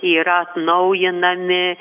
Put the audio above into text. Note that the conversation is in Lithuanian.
yra atnaujinami